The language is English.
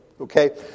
Okay